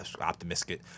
optimistic